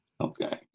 Okay